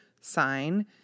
sign